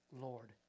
Lord